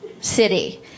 city